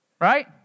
right